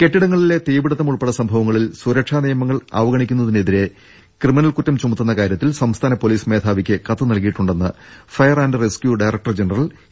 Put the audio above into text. കെട്ടിടങ്ങളിലെ തീപിടുത്തം ഉൾപെടെ സംഭവങ്ങളിൽ സുരക്ഷാ നിയമങ്ങൾ അവഗണിക്കുന്നതിനെതിരെ ക്രിമിനൽ കുറ്റം ചുമത്തുന്ന കാര്യത്തിൽ സംസ്ഥാന പൊലീസ് മേധാ വിക്ക് കത്ത് നൽകിയിട്ടുണ്ടെന്ന് fire and rescue director general A